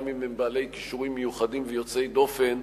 גם אם הם בעלי כישורים מיוחדים ויוצאי דופן,